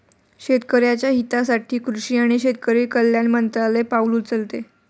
शेतकऱ्याच्या हितासाठी कृषी आणि शेतकरी कल्याण मंत्रालय पाउल उचलते